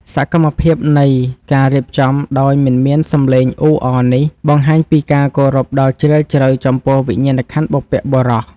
សកម្មភាពនៃការរៀបចំដោយមិនមានសំឡេងអ៊ូអរនេះបង្ហាញពីការគោរពដ៏ជ្រាលជ្រៅចំពោះវិញ្ញាណក្ខន្ធបុព្វបុរស។